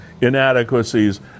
inadequacies